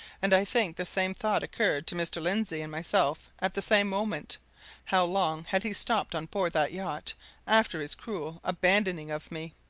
and i think the same thought occurred to mr. lindsey and myself at the same moment how long had he stopped on board that yacht after his cruel abandoning of me?